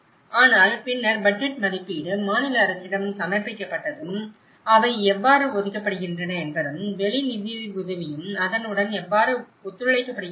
ஆனால் பின்னர் பட்ஜெட் மதிப்பீடு மாநில அரசிடம் சமர்ப்பிக்கப்பட்டதும் அவை எவ்வாறு ஒதுக்கப்படுகின்றன என்பதும் வெளி நிதியுதவியும் அதனுடன் எவ்வாறு ஒத்துழைக்கப்படுகின்றன